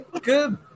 good